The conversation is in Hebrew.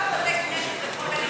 למה לבתי-כנסת, יש פטור מארנונה?